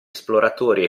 esploratori